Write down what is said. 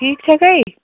ٹھیٖک چھےٚ کھَے